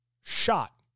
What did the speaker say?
shot